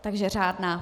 Takže řádná.